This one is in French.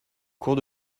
cours